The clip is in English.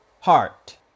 heart